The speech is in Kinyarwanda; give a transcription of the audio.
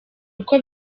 uko